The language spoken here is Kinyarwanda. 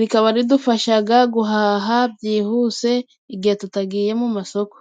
,rikaba ridufashaga guhaha byihuse igihe tutagiye mu masoko.